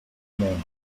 mundo